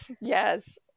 yes